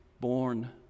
born